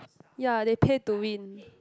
ya they pay to win